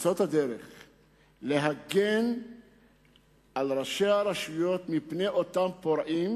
למצוא את הדרך להגן על ראשי הרשויות מפני אותם פורעים,